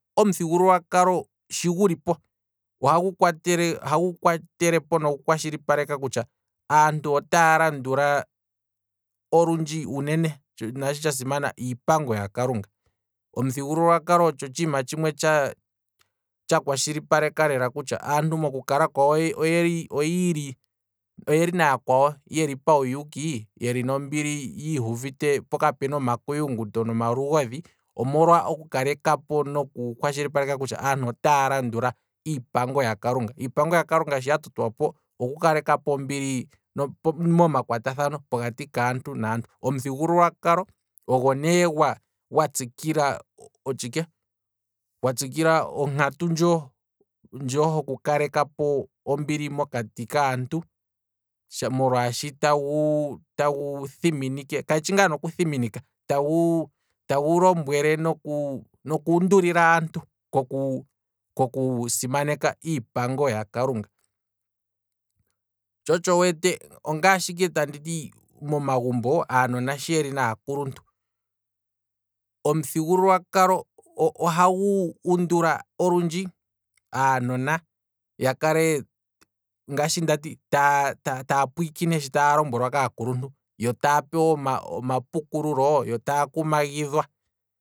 Omuthigululwakalo shi gu lipo, ohagu kwatelepo noku kwatshilipaleka kutya aantu otaya landula olundji uunene, naashi tsha simana iipango yakalunga, omuthigululwakalo otshiima tsha kwashilipaleka kutya aantu moku kala kwawo oyiili, oyeli naya kwawo yeli pauyuuki, yeli nombili yiihuvite po kapuna omakuyunguto noma lugodhi, omolwa okukalekapo noku kwashilipaleka kutya aantu otaa landula iipango yakalunga, iipango yakalunga sho ya totwapo oku kalekapo ombili nomakwatathano pokati kaantu naantu, omuthigululwakalo ogo ne gwatsikila otshike, gwa tsikila onkatu ndjo hoku kalekapo ombili mokati kaantu, molwaashi tagu tagu thiminike, kayishi ngaa ne okuthiminika, tagu tagu lombwele noku noku undulila aantu koku koku simaneka iipango yakalunga, tsho otsho wu wete, ongashi ike tanditi momagumbo, aanona shi yeli naakuluntu, omuthigululwakalo ohagu undula olundji, aanona yakale ngaashi ndati taa pwikine kaakuluntu yo taapewa omapukululo yo taa kumagidhwa